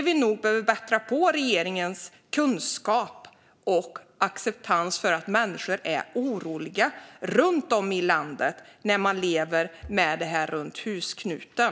Vi behöver nog bättra på regeringens kunskap och acceptans för att människor är oroliga runt om i landet, när de lever med detta runt husknuten.